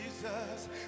Jesus